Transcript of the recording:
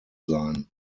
sein